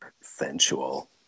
Sensual